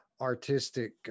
artistic